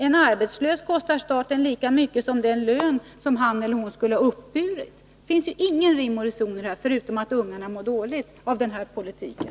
En arbetslös kostar staten lika mycket som den lön som han eller hon skulle ha uppburit. Det finns alltså ingen rim och reson i resonemanget, förutom att ungarna mår dåligt av den här politiken.